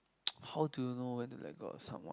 how do you know when to let go of someone